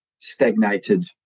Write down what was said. stagnated